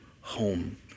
home